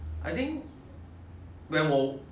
还是玩那种电话电脑的 game